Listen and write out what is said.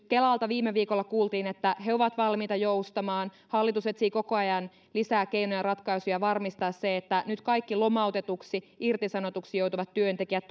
kelalta viime viikolla kuultiin että he ovat valmiita joustamaan hallitus etsii koko ajan lisää keinoja ja ratkaisuja varmistaa se että nyt kaikki lomautetuksi tai irtisanotuksi joutuvat työntekijät